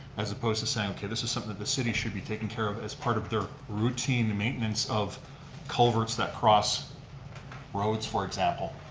as opposed to saying, okay, this is something the city should be taking care of as part of their routine maintenance of culverts that cross roads, for example.